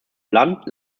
land